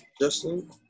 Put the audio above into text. Justin